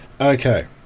Okay